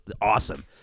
awesome